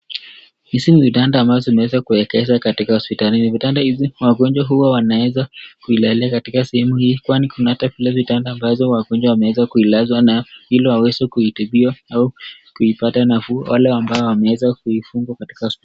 Hizi ni vitanda ambazo zimeweza kuekeshwa katika hospitalini. Vitanda hizi wagonjwa huwa wanaweza kulalia katika sehemu hii kwani kuna hata zile vitanda ambazo wagonjwa wameweza kulazwa nazo ili waweza kutibiwa kupata nafuu wale ambao wameweza kulazwa hospitalini.